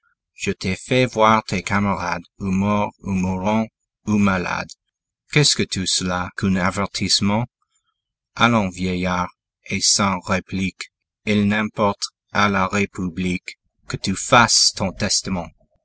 je t'ai fait voir tes camarades ou morts ou mourants ou malades qu'est-ce que tout cela qu'un avertissement allons vieillard et sans réplique il n'importe à la république que tu fasses ton testament